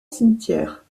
cimetière